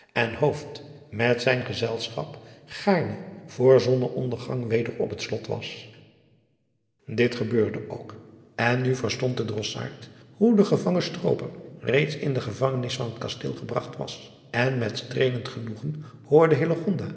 en hooft met zijn gezelschap gaarne voor zonne ondergang weder op het slot was dit gebeurde ook en nu verstond de drossaard hoe de gegevangen strooper reeds in de gevangenis van het kasteel gebragt was en met streelend genoegen hoorde